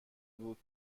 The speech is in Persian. بود